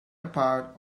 apart